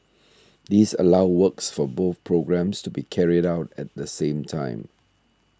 this allows works for both programmes to be carried out at the same time